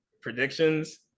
predictions